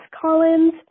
Collins